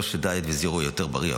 לא שדיאט וזירו יותר בריאים,